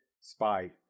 spy